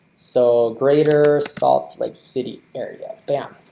so greater salt lake city area bam.